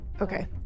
Okay